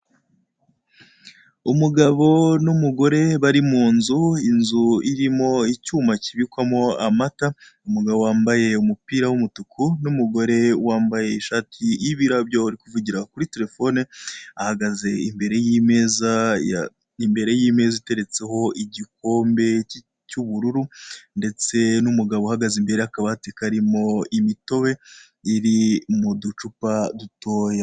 Umugabo n'umugore bari mu nzu, inzu irimo icyuma kibikwamo amata, umugabo wambaye umupira w'umutuku n'umugore wambaye ishati y'ibirabyo arikuvugira kuri telefoni, ahagaze imbere y'imeza iteretseho igikombe cy'ubururu ndetse n'umugabo uhagaze y'akabati karimo imitobe iri mu ducupa dutoya.